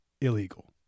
illegal